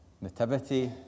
nativity